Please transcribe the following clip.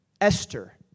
Esther